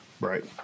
Right